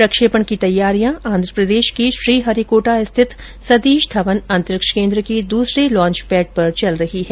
प्रक्षेपण की तैयारियां आन्ध्रप्रदेश के श्रीहरिकोटा स्थित सतीश धवन अंतरिक्ष केन्द्र के दूसरे लांच पैड पर चल रही है